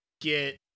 get